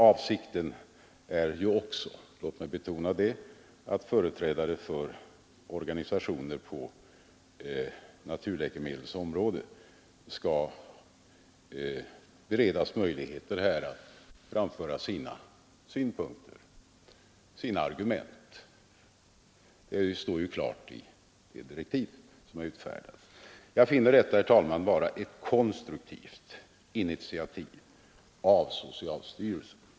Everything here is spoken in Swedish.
Avsikten är också att företrädare för organisationer på naturläkemedelsområdet skall beredas möjligheter att framföra sina synpunkter och argument. Det står klart i de direktiv som har utfärdats. Jag finner detta vara ett konstruktivt initiativ av socialstyrelsen.